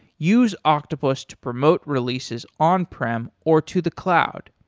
use octopus to promote releases on-prem or to the cloud.